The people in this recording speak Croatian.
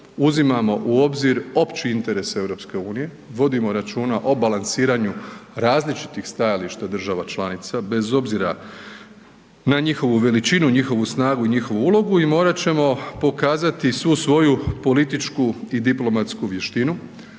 uzimamo u obzir opći interes EU, vodimo računa o balansiranju različitih stajališta država članica, bez obzira na njihovu veličinu, njihovu snagu i njihovu ulogu i morat ćemo pokazati svu svoju političku i diplomatsku vještinu